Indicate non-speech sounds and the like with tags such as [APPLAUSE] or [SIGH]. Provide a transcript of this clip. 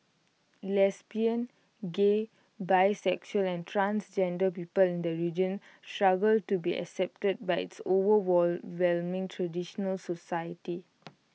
lesbian gay bisexual and transgender people in the region struggle to be accepted by its [UNINTELLIGIBLE] traditional societies